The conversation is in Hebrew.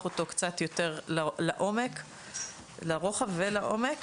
קצת יותר לרוחב ולעומק